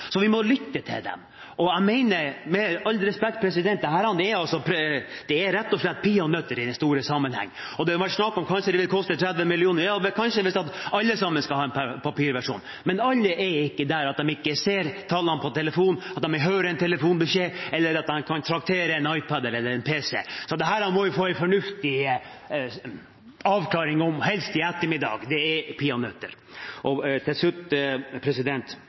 i den store sammenheng. Det har vært snakk om at det kanskje vil koste 30 mill. kr. Kanskje hvis alle sammen skal ha en papirversjon, men alle er ikke der at de ikke ser tallene på telefonen, at de ikke hører en telefonbeskjed eller at de ikke trakterer en iPad eller pc. Dette må vi få en fornuftig avklaring av, helst i ettermiddag. Det er peanøtter. Til slutt